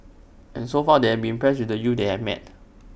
and so far they have been impressed with the youths they have met